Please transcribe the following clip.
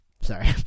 Sorry